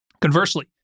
Conversely